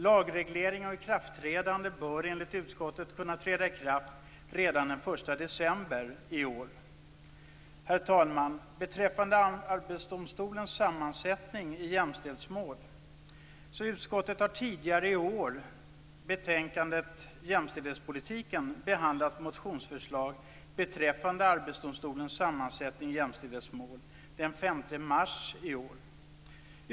Lagregleringen bör enligt utskottet kunna träda i kraft redan den 1 december i år. Herr talman! Beträffande Arbetsdomstolens sammansättning i jämställdhetsmål har utskottet tidigare i år, den 5 mars, i betänkandet Jämställdhetspolitiken behandlat motionsförslag beträffande Arbetsdomstolens sammansättning i jämställdhetsmål.